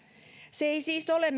meillä ei ole